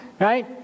right